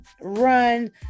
run